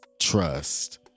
Trust